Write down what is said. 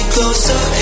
Closer